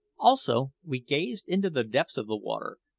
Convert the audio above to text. also, we gazed into the depths of the water,